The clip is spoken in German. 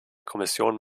kommission